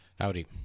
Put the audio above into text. Howdy